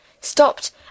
Stopped